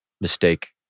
Mistake